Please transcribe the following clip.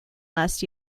last